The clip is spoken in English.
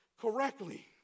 Correctly